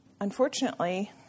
unfortunately